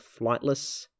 flightless